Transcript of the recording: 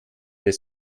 des